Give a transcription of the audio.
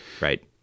Right